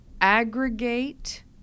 aggregate